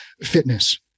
fitness